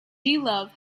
love